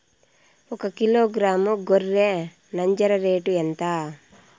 ఒకకిలో గ్రాము గొర్రె నంజర రేటు ఎంత?